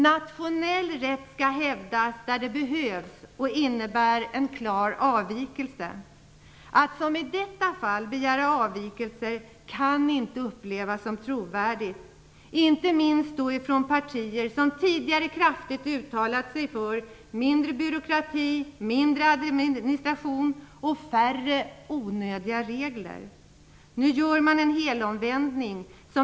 Nationell rätt skall hävdas där det behövs och där den innebär en klar avvikelse. Att som i detta fall begära avvikelser kan inte upplevas som trovärdigt, inte minst från partier som tidigare kraftigt uttalat sig för mindre byråkrati, mindre administration och färre onödiga regler. Nu gör man en helomvändning.